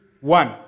one